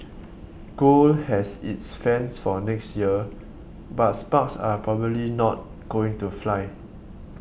gold has its fans for next year but sparks are probably not going to fly